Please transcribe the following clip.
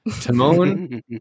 Timon